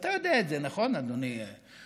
ואתה יודע את זה, נכון, אדוני היושב-ראש?